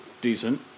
Decent